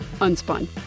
Unspun